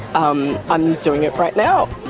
um i'm doing it right now.